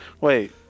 Wait